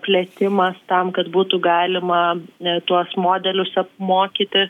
plėtimas tam kad būtų galima tuos modelius apmokyti